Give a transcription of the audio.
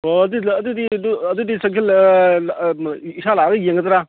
ꯑꯣ ꯑꯗꯨꯗꯤ ꯏꯁꯥ ꯂꯥꯛꯑ ꯌꯦꯡꯒꯗ꯭ꯔꯥ